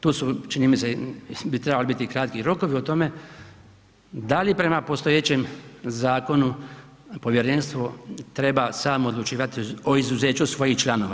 Tu su, čini mi se, bi trebali biti kratki rokovi o tome da li prema postojećem zakonu povjerenstvo treba samo odlučivati o izuzeću svojih članova.